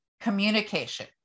communication